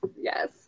yes